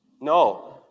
No